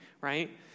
right